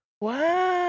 Wow